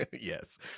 yes